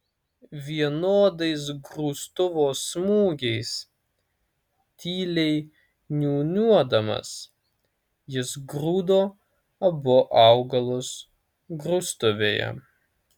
vienodais grūstuvo smūgiais tyliai niūniuodamas jis grūdo abu augalus grūstuvėje